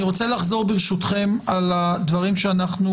אני רוצה לחזור ברשותכם על הדברים שאנחנו